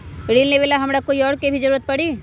ऋन लेबेला हमरा कोई और के भी जरूरत परी?